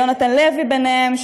ליונתן לוי ביניהם,